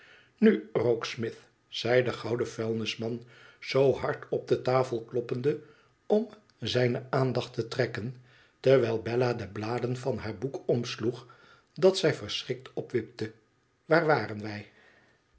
nu rokesmith zei de gouden vuilnisman zoo hard op de tafel kloppende om zijne aandacht te trekken terwijl bella de bladen van haar boek omsloeg dat zij verschrikt opwipte waar waren wij